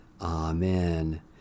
Amen